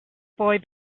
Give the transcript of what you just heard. boy